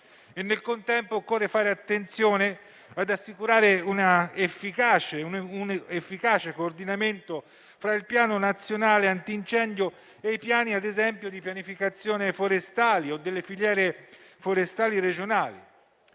Nel contempo occorre fare attenzione ad assicurare un efficace coordinamento tra il Piano nazionale antincendio e i piani - ad esempio - di gestione forestale o delle filiere forestali regionali.